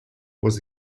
was